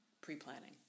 pre-planning